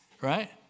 right